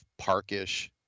parkish